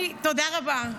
תודה רבה.